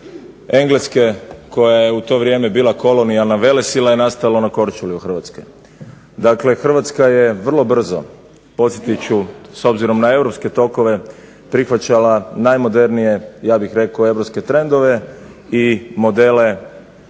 Engleske koja je u to vrijeme bila kolonijalna velesila je nastalo na Korčuli u Hrvatskoj. Dakle, Hrvatska je vrlo brzo podsjetit ću s obzirom na europske tokove prihvaćala najmodernije ja bih rekao trendove i modele